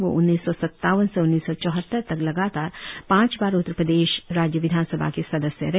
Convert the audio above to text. वह उन्नीस सौ सत्तावन से उन्नीस सौ चौहत्तर तक लगातार पांच बार उत्तर प्रदेश राज्य विधानसभा के सदस्य रहे